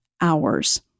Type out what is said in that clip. hours